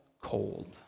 cold